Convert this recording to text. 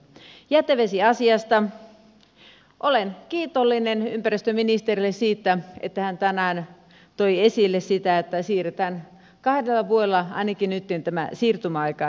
olen kiitollinen ympäristöministerille siitä että hän tänään toi esille sitä että siirretään kahdella vuodella ainakin tämä siirtymäaika nytten aluksi